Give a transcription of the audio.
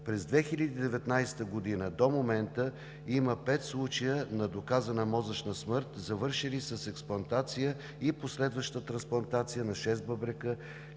През 2019 г. до момента има 5 случая на доказана мозъчна смърт, завършили с експлантация и последваща трансплантация на шест бъбрека,